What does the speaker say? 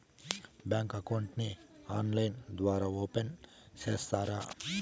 Bank account ని online ద్వారా open సేస్తారా?